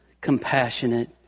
compassionate